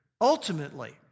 Ultimately